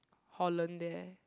Holland there